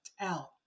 out